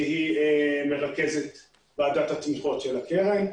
שהיא מרכזת ועדת התמיכות של הקרן,